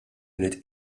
unit